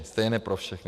Stejná pro všechny.